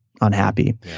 unhappy